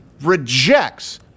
rejects